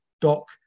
doc